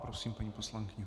Prosím, paní poslankyně.